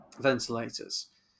ventilators